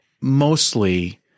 Mostly